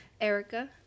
Erica